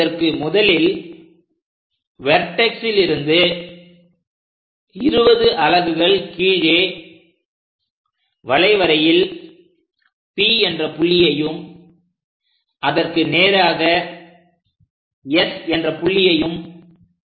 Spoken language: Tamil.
இதற்கு முதலில் வெர்டெக்ஸிலிருந்து 20 அலகுகள் கீழே வளைவரையில் P என்ற புள்ளியையும் அதற்கு நேராக S என்ற புள்ளியையும் குறிக்க